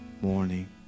morning